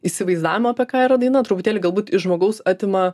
įsivaizdavimo apie ką yra daina truputėlį galbūt iš žmogaus atima